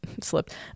slipped